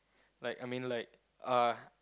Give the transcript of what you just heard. like I mean like uh